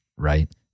right